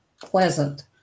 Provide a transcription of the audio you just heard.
pleasant